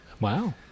Wow